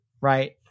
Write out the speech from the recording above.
right